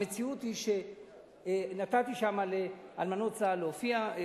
המציאות היא שנתתי לאלמנות צה"ל להופיע,